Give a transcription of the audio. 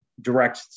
direct